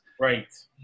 Right